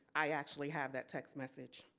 i actually have that text message.